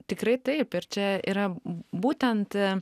tikrai taip ir čia yra būtent